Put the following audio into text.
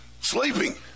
Sleeping